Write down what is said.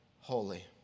holy